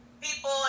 People